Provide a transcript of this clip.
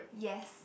yes